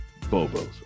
Bobos